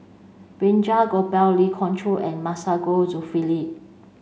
Balraj Gopal Lee Khoon Choy and Masagos Zulkifli